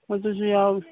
ꯑꯗꯨꯁꯨ ꯌꯥꯎꯏ